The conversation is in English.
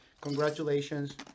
congratulations